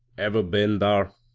ever been tfaar?